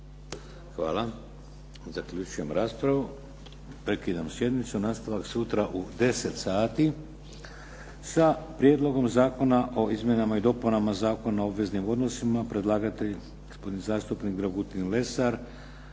Hvala. Zaključujem raspravu. Prekidam sjednicu. Nastavak sutra u 10 sati sa Prijedlogom zakona o izmjenama i dopunama Zakona o obveznim odnosima, predlagatelj je gospodin zastupnik Dragutin Lesar.